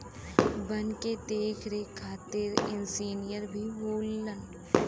वन के देख रेख खातिर इंजिनियर भी होलन